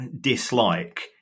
dislike